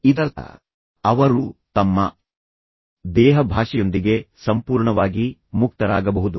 ಇದರರ್ಥ ಅವರು ತಮ್ಮ ದೇಹಭಾಷೆಯೊಂದಿಗೆ ಸಂಪೂರ್ಣವಾಗಿ ಮುಕ್ತರಾಗಬಹುದು